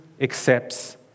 accepts